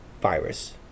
virus